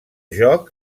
joc